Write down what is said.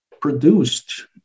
produced